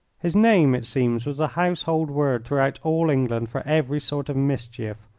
his name, it seems, was a household word throughout all england for every sort of mischief.